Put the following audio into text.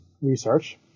research